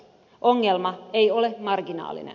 ongelma ei ole marginaalinen